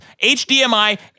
hdmi